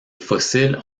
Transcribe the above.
fossiles